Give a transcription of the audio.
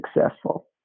successful